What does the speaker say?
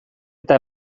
eta